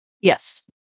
Yes